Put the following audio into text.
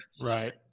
Right